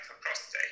prostate